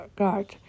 guard